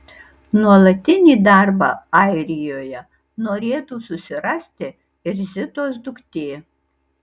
nuolatinį darbą airijoje norėtų susirasti ir zitos duktė